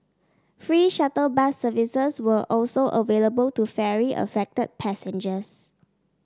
free shuttle bus services were also available to ferry affected passengers